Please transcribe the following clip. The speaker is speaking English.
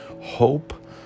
hope